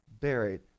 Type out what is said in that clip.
buried